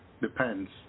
Depends